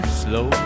slow